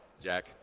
Jack